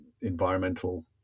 environmental